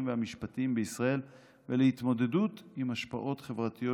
והמשפטיים בישראל ולהתמודדות עם השפעות חברתיות